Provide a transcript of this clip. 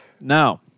No